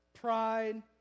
pride